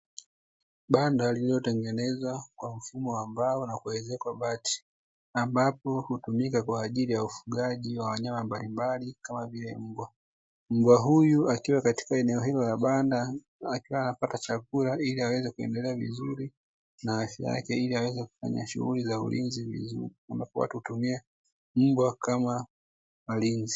Banda Lililotengenezwa kwa mfumo wa mbao na kuezekwa bati, ambapo hutumika kwa ufugaji wa wanyama mbalimbali kama vile mbwa. Mbwa huyu akiwa katika eneo hilo la banda, akiwa anapata chakula ili aweze kuendelea vizuri na afya yake, ili aweze kufanya shughuli ulinzi vizuri. Watu hutumia mbwa kama walinzi.